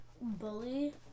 bully